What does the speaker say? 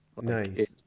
Nice